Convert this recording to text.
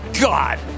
God